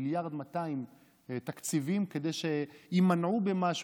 1.2 מיליארד בתקציבים כדי שיימנעו במשהו,